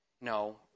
no